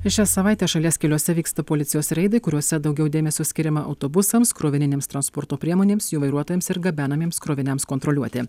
šią savaitę šalies keliuose vyksta policijos reidai kuriuose daugiau dėmesio skiriama autobusams krovininėms transporto priemonėms jų vairuotojams ir gabenamiems kroviniams kontroliuoti